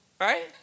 right